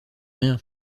rien